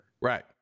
Right